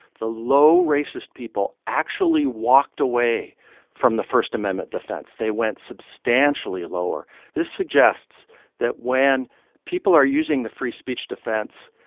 the low racist people actually walked away from the first amendment defense. they went substantially lower this suggests that when people are using the free-speech defense,